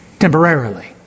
Temporarily